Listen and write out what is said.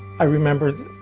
i remember,